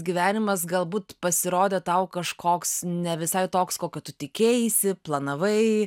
gyvenimas galbūt pasirodė tau kažkoks ne visai toks kokio tu tikėjaisi planavai